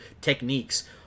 techniques